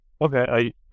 Okay